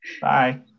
Bye